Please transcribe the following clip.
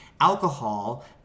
alcohol